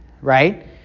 right